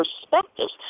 perspectives